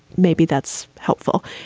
maybe that's helpful.